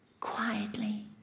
quietly